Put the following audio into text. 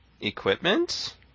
equipment